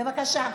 בבקשה,